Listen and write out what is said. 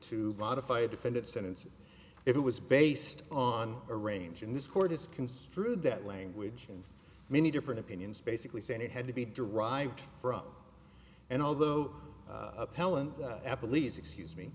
to modify a defendant's sentence if it was based on a range and this court has construed that language in many different opinions basically saying it had to be derived from and although appellant apple e's excuse me